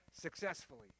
successfully